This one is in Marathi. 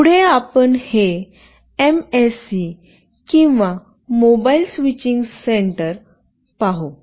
पुढे आपण हे एमएससी किंवा मोबाइल स्विचिंग सेंटर पाहू